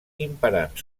imperant